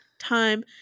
time